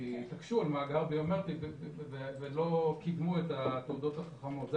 כי התעקשו על מאגר ביומטרי ולא קידמו את התעודות החכמות.